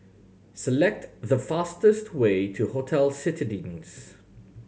select the fastest way to Hotel Citadines